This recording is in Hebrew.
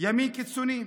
ימין קיצוני.